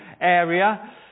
area